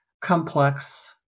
complex